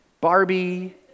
Barbie